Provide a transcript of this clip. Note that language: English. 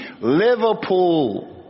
Liverpool